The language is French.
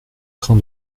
train